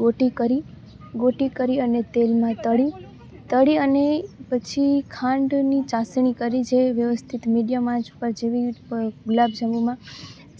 ગોટી કરી ગોટી કરી અને તેલમાં તળી તળી અને પછી ખાંડની ચાસણી કરી જે વ્યવસ્થિત મીડિયમ આંચ ઉપર જેવી ગુલાબ જાંબુમાં